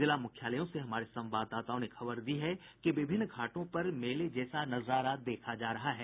जिला मुख्यालयों से हमारे संवाददाताओं ने खबर दी है कि विभिन्न घाटों पर मेले जैसा नजारा देखा देखा जा रहा है